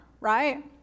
right